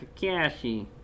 Kakashi